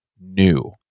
new